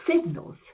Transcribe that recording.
signals